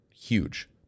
Huge